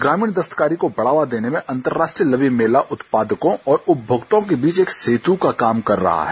ग्रामीण दस्तकारी को बढ़ावा देने में अंतर्राष्ट्रीय लवी मेला उत्पादकों और उपभोक्ताओं के बीच एक सेतु का काम कर रहा है